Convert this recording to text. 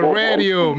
radio